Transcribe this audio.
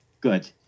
Good